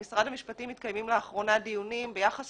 במשרד המשפטים מתקיימים לאחרונה דיונים ביחס